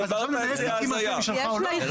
אם יש לה, היא חייבת.